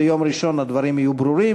ביום ראשון הדברים יהיו ברורים,